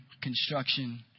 construction